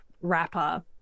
rapper